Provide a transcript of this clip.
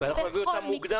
בכל מקרה.